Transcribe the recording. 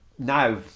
now